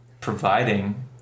providing